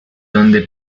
donde